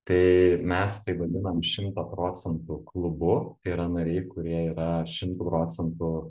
tai mes tai vadinam šimto procentų klubu tai yra nariai kurie yra šimtu procentų